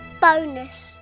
Bonus